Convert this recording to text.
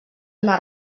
una